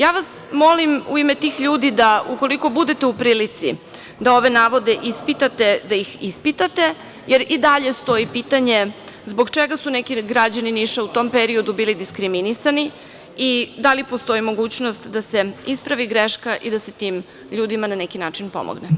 Ja vas molim u ime tih ljudi da, ukoliko budete u prilici da ove navode ispitate, da ih ispitate, jer i dalje stoji pitanje zbog čega su neki građani Niša u tom periodu bili diskriminisani i da li postoji mogućnost da se ispravi greška i da se tim ljudima na neki način pomogne.